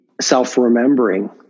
self-remembering